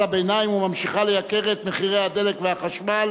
הביניים וממשיכה לייקר את הדלק והחשמל,